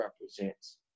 represents